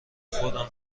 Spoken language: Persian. خودم